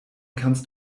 kannst